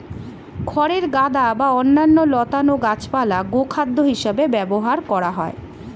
খড়ের গাদা বা অন্যান্য লতানো গাছপালা গোখাদ্য হিসেবে ব্যবহার করা হয়